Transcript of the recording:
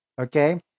Okay